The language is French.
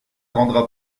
rendra